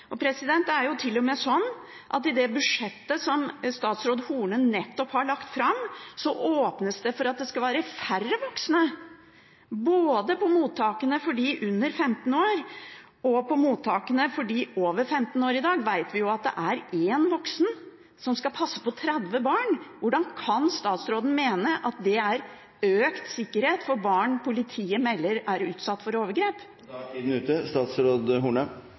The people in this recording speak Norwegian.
Det er til og med sånn at i budsjettet som statsråd Horne nettopp har lagt fram, åpnes det for at det skal være færre voksne. Både på mottakene for dem under 15 år og på mottakene for dem over 15 år vet vi at det i dag er én voksen som skal passe på 30 barn. Hvordan kan statsråden mene at det er økt sikkerhet for barn som politiet melder om at er utsatt for overgrep? I omsorgssentrene som Bufetat har ansvaret for, er